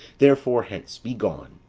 therefore hence, be gone.